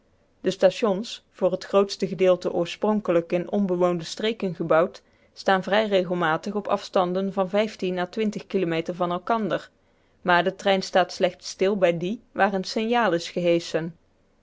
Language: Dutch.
de stations voor t grootste gedeelte oorspronkelijk in onbewoonde streken gebouwd staan vrij regelmatig op afstanden van à kilometer van elkander maar de trein staat slechts stil bij die waar een signaal is geheschen